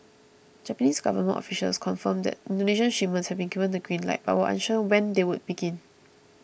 Japanese government officials confirmed that Indonesian shipments had been given the green light but were unsure when they would begin